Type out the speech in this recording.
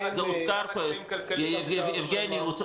יבגני,